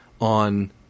on